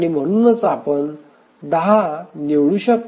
म्हणून आपण १० निवडू शकतो